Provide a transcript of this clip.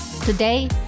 today